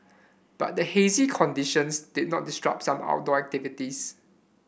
but the hazy conditions did not disrupt some outdoor activities